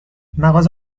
مغازه